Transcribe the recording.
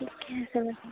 ঠিকে আছে বাৰু